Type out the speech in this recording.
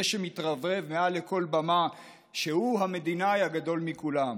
שמתרברב מעל לכל במה שהוא המדינאי הגדול מכולם,